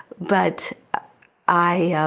but i,